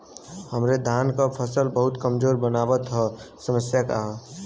हमरे धान क फसल बहुत कमजोर मनावत ह समस्या का ह?